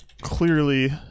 clearly